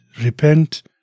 repent